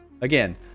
again